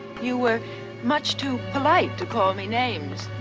you were much too polite to call me names.